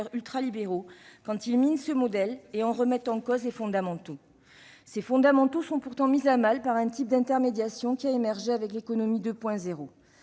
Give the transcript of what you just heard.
ultralibéraux quand ils minent ce modèle et en remettent en cause les fondamentaux. Ces fondamentaux sont pourtant mis à mal par un type d'intermédiation qui a émergé avec l'économie 2.0.